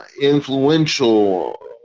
influential